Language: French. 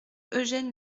eugène